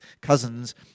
cousins